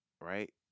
right